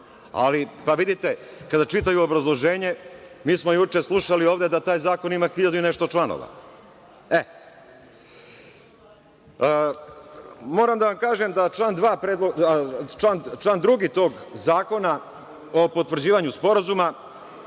Vidite, kada čitaju obrazloženje, mi smo juče slušali ovde taj zakon ima hiljadu i nešto članova. Moram da vam kažem da član 2. tog Zakona o potvrđivanju sporazuma